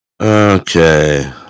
Okay